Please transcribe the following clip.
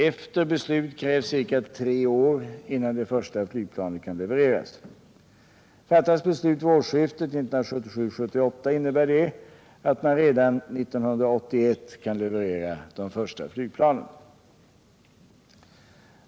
Efter beslut krävs ca tre år innan det första flygplanet kan levereras. Fattas beslut vid årsskiftet 1977-1978 innebär det att man redan år 1981 kan leverera de första flygplanen.